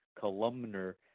columnar